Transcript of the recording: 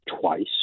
twice